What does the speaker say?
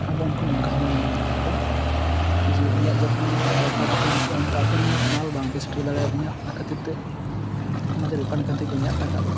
ᱟᱵᱚ ᱩᱱᱠᱩ ᱱᱚᱝᱠᱟ ᱦᱚᱸᱵᱚᱱ ᱢᱮᱱ ᱫᱟᱲᱮᱣ ᱠᱚᱣᱟ ᱡᱮ ᱤᱧᱟᱹᱜ ᱡᱚᱠᱷᱚᱱ ᱫᱚᱨᱠᱟᱨ ᱛᱟᱦᱮᱞᱮᱱ ᱛᱤᱧᱟ ᱩᱱᱛᱚ ᱟᱯᱮ ᱢᱟᱞ ᱵᱟᱯᱮ ᱥᱮᱴᱮᱨ ᱫᱟᱲᱮᱭᱟᱫᱤᱧᱟ ᱚᱱᱟ ᱠᱷᱟᱹᱛᱤᱨ ᱛᱮ ᱚᱱᱟ ᱫᱚ ᱨᱤᱯᱷᱟᱱᱰ ᱠᱟᱹᱛᱤᱧ ᱯᱮ ᱤᱧᱟᱹᱜ ᱴᱟᱠᱟ ᱫᱚ